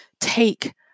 take